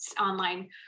online